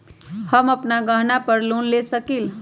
हम अपन गहना पर लोन ले सकील?